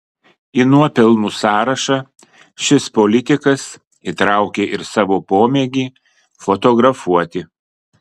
į nuopelnų sąrašą šis politikas įtraukė ir savo pomėgį fotografuoti